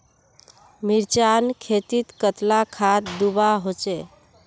मिर्चान खेतीत कतला खाद दूबा होचे?